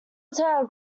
town